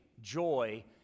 joy